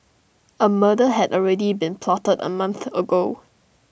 A murder had already been plotted A month ago